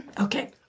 Okay